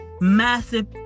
massive